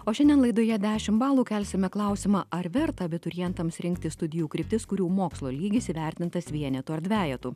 o šiandien laidoje dešimt balų kelsime klausimą ar verta abiturientams rinktis studijų kryptis kurių mokslo lygis įvertintas vienetu ar dvejetu